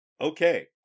Okay